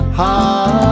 heart